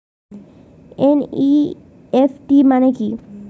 NEFT মনে কি?